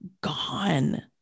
gone